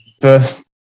first